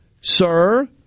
sir